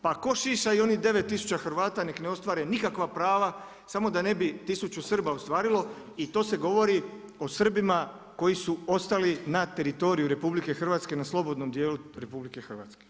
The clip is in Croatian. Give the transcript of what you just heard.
Pa ko šiša i onih 9 tisuća Hrvata nek ne ostvare nikakva prava samo da ne bi tisuću Srba ostvarilo i to se govori o Srbima koji su ostali na teritoriju RH na slobodnom dijelu RH.